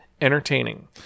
entertaining